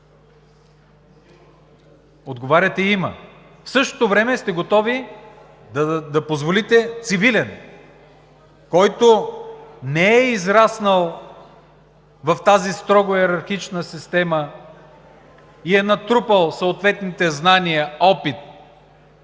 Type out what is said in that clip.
Отговаряте, че има, а в същото време сте готови да позволите цивилен, който не е израснал в тази строго йерархична система и е натрупал съответните знания и опит